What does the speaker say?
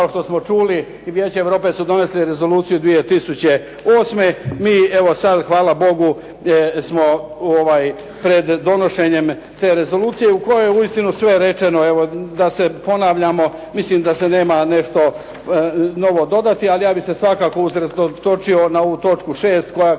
kao što smo čuli i Vijeće Europe su donesli Rezoluciju 2008. mi sada Hvala Bogu smo pred donošenjem te Rezolucije u kojoj je sve rečeno, da se ne ponavljamo, nema se što novo dodati, ali ja bih se svakako usredotočio na ovu točku 6. koja